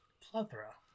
Plethora